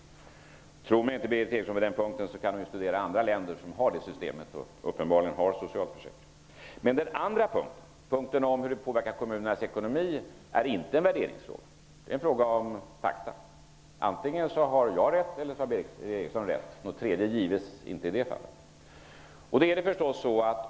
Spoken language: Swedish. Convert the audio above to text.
Om Berith Eriksson inte tror mig på den punkten kan hon ju studera andra länder som har det systemet och uppenbarligen har socialförsäkring. Den andra punkten -- hur det påverkar kommunernas ekonomi -- är inte en värderingsfråga. Det är en fråga om fakta. Antingen har jag rätt, eller också har Berith Eriksson rätt -- något tredje gives inte i det fallet.